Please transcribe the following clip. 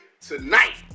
tonight